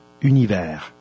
Univers